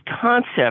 concept